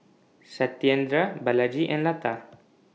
Satyendra Balaji and Lata